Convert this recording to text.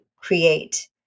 create